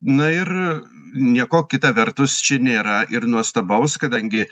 na ir nieko kita vertus čia nėra ir nuostabaus kadangi